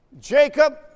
Jacob